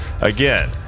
Again